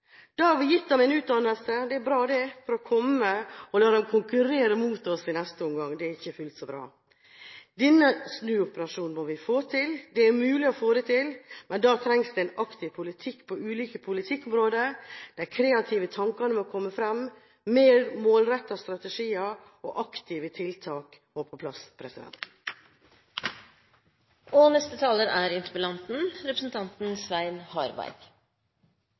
Da har vi gitt dem en utdannelse – det er bra, det – for å la dem konkurrere mot oss i neste omgang. Det er ikke fullt så bra. Denne snuoperasjonen må vi få til. Det er mulig å få det til, men da trengs det en aktiv politikk på ulike politikkområder, de kreative tankene må komme fram, og mer målrettede strategier og aktive tiltak må på plass.